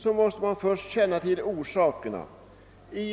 vår mening först känna till de orsaker, som ligger bakom bristen.